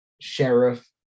Sheriff